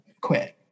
quit